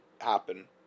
happen